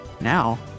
Now